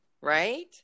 Right